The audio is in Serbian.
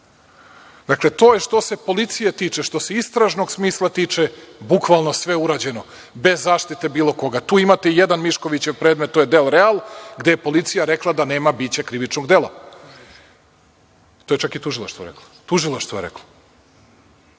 Dakle, to je što se policije tiče, a što se istražnog smisla tiče, bukvalno je sve urađeno, bez zaštite bilo koga. Tu imate jedan Miškovićev predmet. To je „Del Real“ gde je policija rekla da nema bića krivičnog dela. To je čak i tužilaštvo reklo. Dakle,